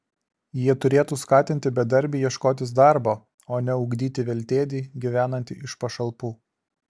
jie turėtų skatinti bedarbį ieškotis darbo o ne ugdyti veltėdį gyvenantį iš pašalpų